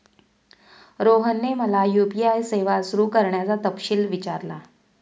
रोहनने मला यू.पी.आय सेवा सुरू करण्याचा तपशील विचारला